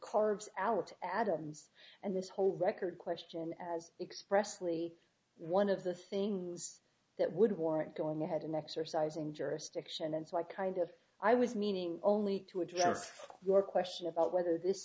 carved out adams and this whole record question as expressly one of the things that would warrant going ahead and exercising jurisdiction and so i kind of i was meaning only to address your question about whether this